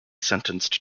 sentenced